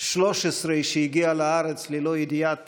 13 שהגיע לארץ ללא ידיעת